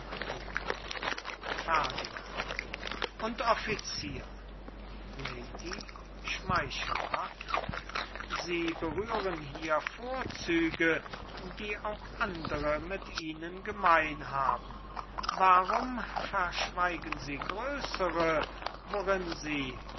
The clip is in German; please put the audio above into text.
und officier lady schmeichelhaft sie berühren hier vorzüge die auch andere mit ihnen gemein haben warum verschweigen sie größere worin sie